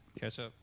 ketchup